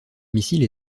missiles